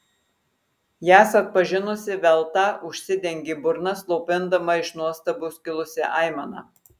jas atpažinusi velta užsidengė burną slopindama iš nuostabos kilusią aimaną